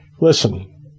Listen